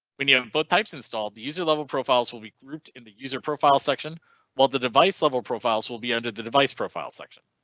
when you have both types installed the user level profiles will be grouped in the user profile section while the device level profiles will be entered the device profile section.